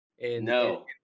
No